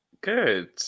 Good